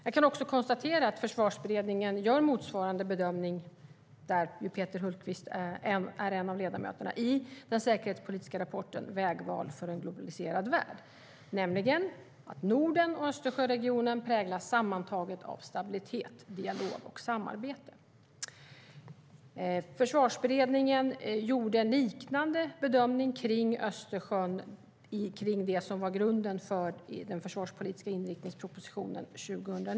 Jag kan också konstatera att Försvarsberedningen, där Peter Hultqvist är en av ledamöterna, gör motsvarande bedömning i den säkerhetspolitiska rapporten Vägval i en globaliserad värld , nämligen att Norden och Östersjöregionen sammantaget präglas av stabilitet, dialog och samarbete. Försvarsberedningen gjorde en liknande bedömning för Östersjön i det som var grunden för den försvarspolitiska inriktningspropositionen 2009.